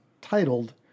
titled